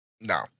No